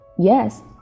Yes